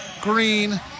Green